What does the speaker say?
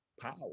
power